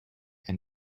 and